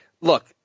look –